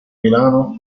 milano